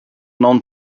known